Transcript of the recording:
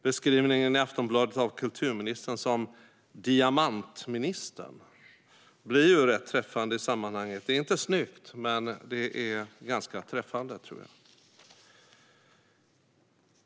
Beskrivningen i Aftonbladet av kulturministern som "diamantministern" blir rätt träffande i sammanhanget. Det är inte snyggt, men jag tror att det är ganska träffande.